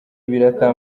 ibiraka